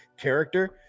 character